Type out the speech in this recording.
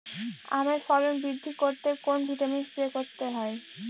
আমের ফলন বৃদ্ধি করতে কোন ভিটামিন স্প্রে করতে হয়?